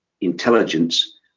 intelligence